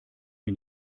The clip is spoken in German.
mir